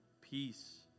peace